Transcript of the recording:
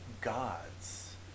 gods